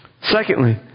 Secondly